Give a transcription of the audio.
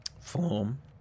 form